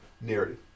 narrative